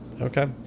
okay